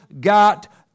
got